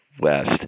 West